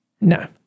no